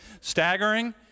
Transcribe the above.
Staggering